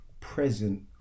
present